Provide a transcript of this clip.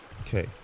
okay